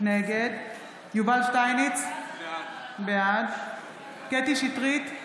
נגד יובל שטייניץ, בעד קטי קטרין שטרית,